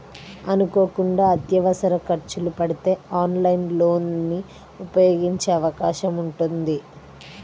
అనుకోకుండా అత్యవసర ఖర్చులు పడితే ఆన్లైన్ లోన్ ని ఉపయోగించే అవకాశం ఉంటుంది